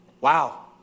Wow